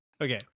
Okay